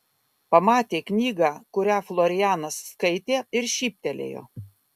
pamatė knygą kurią florianas skaitė ir šyptelėjo